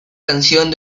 canción